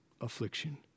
affliction